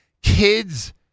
kids